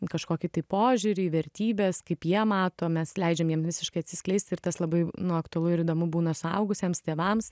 kažkokį tai požiūrį į vertybes kaip jie mato mes leidžiam jiem visiškai atsiskleisti ir tas labai nu aktualu ir įdomu būna suaugusiems tėvams